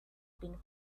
been